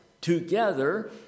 together